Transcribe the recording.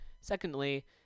Secondly